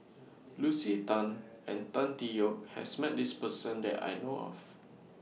Lucy Tan and Tan Tee Yoke has Met This Person that I know of